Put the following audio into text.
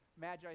Magi